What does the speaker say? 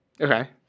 Okay